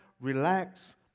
relax